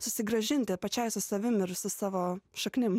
susigrąžinti pačiai su savim ir su savo šaknim